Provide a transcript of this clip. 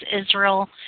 Israel